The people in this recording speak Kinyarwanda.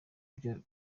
byo